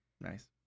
Nice